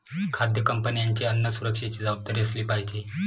खाद्य कंपन्यांची अन्न सुरक्षेची जबाबदारी असली पाहिजे